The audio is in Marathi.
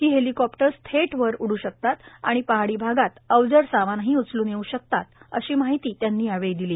ही हेलिकॉप्टर्स थेट वर उडू शकतात आणि पहाडी भागात अवजड सामान उचलून घेऊ शकतात अशी माहिती त्यांनी यावेळी दिली